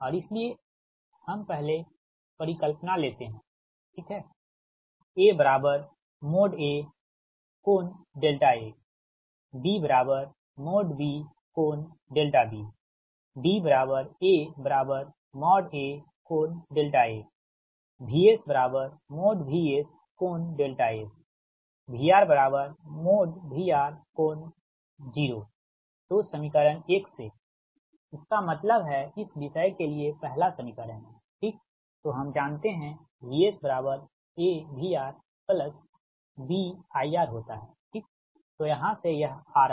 इसलिए अब हम पहले परिकल्पना लेते हैं AA∠A BB∠B DAA∠A VSVS∠S VRVR∠0 तोसमीकरण 1 से इसका मतलब है इस विषय के लिए पहला समीकरण है ठीक तो हम जानते हैंVSAVRBIRहोता है ठीक तो यहाँ से यह आ रहा है